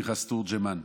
פנחס תורג'מן,